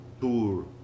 tour